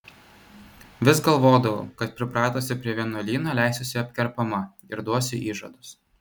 vis galvodavau kad pripratusi prie vienuolyno leisiuosi apkerpama ir duosiu įžadus